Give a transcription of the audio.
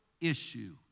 issue